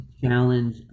challenge